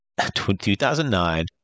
2009